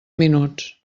minuts